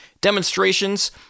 demonstrations